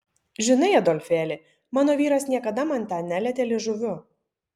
žinai adolfėli mano vyras niekada man ten nelietė liežuviu